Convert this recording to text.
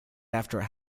after